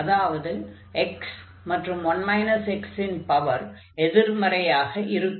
அதாவது x மற்றும் 1 x இன் பவர் எதிர்மறையாக இருக்கும்